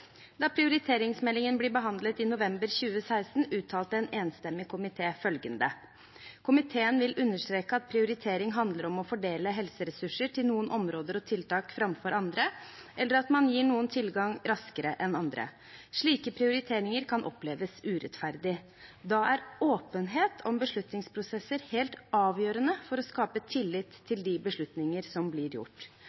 Da prioriteringsmeldingen ble behandlet i november 2016, uttalte en enstemmig komité følgende: «Komiteen vil understreke at prioritering handler om å fordele helseressurser til noen områder og tiltak framfor andre, eller at man gir noen tilgang raskere enn andre. Slike prioriteringer kan oppleves urettferdig. Da er åpenhet om beslutningsprosesser helt avgjørende for å skape tillit